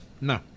No